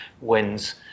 wins